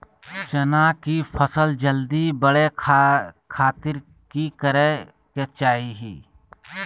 चना की फसल जल्दी बड़े खातिर की करे के चाही?